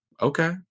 Okay